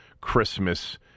Christmas